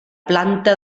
planta